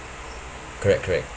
correct correct